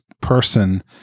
person